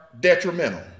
detrimental